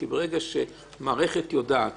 כי ברגע שמערכת יודעת